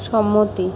সম্মতি